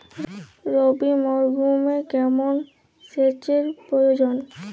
রবি মরশুমে কেমন সেচের প্রয়োজন?